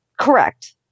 Correct